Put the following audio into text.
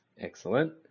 Excellent